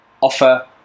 offer